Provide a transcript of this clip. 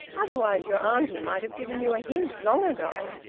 otherwise your auntie might have given you a hint long ago.